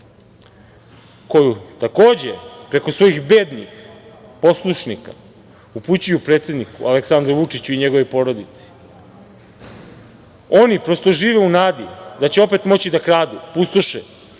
koju takođe preko svojih bednih poslušnika upućuju predsedniku Aleksandru Vučiću i njegovoj porodici. Oni, prosto, žive u nadi da će opet moći da kradu, pustoše